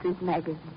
magazine